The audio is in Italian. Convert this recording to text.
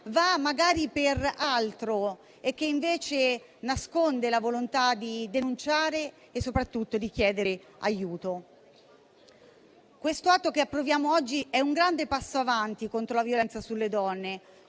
magari per altro, nascondendo invece la volontà di denunciare e soprattutto di chiedere aiuto. L'atto che approviamo oggi è un grande passo avanti contro la violenza sulle donne